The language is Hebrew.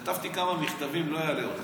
כתבתי כמה מכתבים, לא אלאה אותך.